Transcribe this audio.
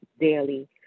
daily